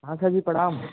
हाँ सर जी प्रणाम